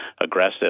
aggressive